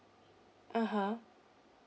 (uh huh)